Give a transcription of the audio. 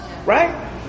Right